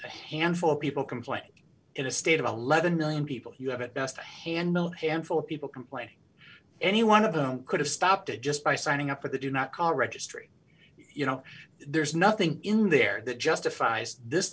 handful of people complaining in a state of eleven million people who have it best to handle him full of people complaining any one of them could have stopped it just by signing up with the do not call registry you know there's nothing in there that justifies this